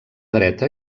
dreta